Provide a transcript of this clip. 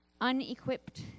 unequipped